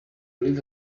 live